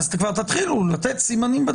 כבר תתחילו לתת סימנים,